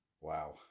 wow